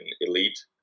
elite